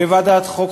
לוועדת החוקה,